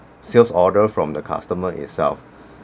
sales order from the customer itself